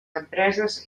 empreses